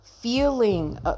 Feeling